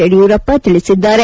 ಯಡಿಯೂರಪ್ಪ ತಿಳಿಸಿದ್ದಾರೆ